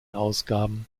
ausgaben